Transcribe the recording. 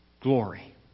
glory